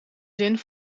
zin